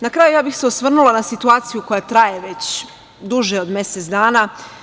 Na kraju, ja bih se osvrnula na situaciju koja traje već duže od mesec dana.